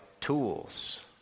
tools